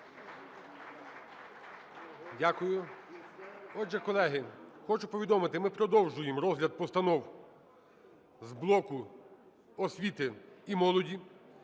Дякую. Отже, колеги, хочу повідомити, ми продовжуємо розгляд постанов з блоку освіти і молоді.